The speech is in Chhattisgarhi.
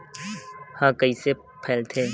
ह कइसे फैलथे?